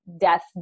death